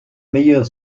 meilleur